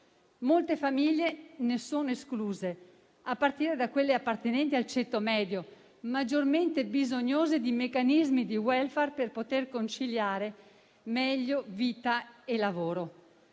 molte famiglie ne sono escluse, a partire da quelle appartenenti al ceto medio, maggiormente bisognose di meccanismi di *welfare* per poter conciliare meglio vita e lavoro.